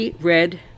red